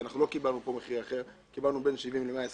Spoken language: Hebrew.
כי לא קיבלנו פה מחיר אחר קיבלנו בין 70 ל-120